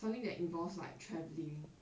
something that involves like travelling